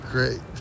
Great